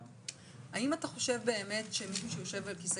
האם אתה חושב באמת שמישהו שיושב על כיסא